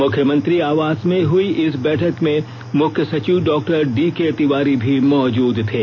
मुख्यमंत्री आवास में हुई इस बैठक में मुख्य सचिव डॉक्टर डीके तिवारी भी मौजूद थे